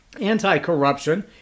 anti-corruption